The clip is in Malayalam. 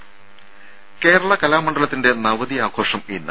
രുര കേരള കലാമണ്ഡലത്തിന്റെ നവതി ആഘോഷം ഇന്ന്